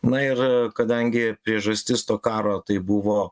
na ir kadangi priežastis to karo tai buvo